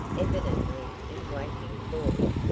evidently in waiting for him.